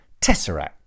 Tesseract